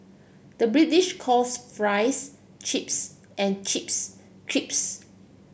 the British calls fries chips and chips